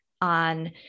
on